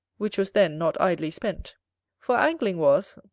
which was then not idly spent for angling was,